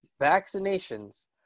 vaccinations